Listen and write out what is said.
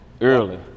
early